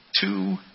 two